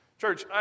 Church